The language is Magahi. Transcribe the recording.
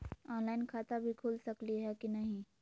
ऑनलाइन खाता भी खुल सकली है कि नही?